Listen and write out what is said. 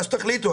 מה שתחליטו,